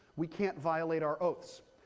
we can't violate our oaths.